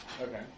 Okay